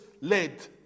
led